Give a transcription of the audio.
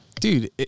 Dude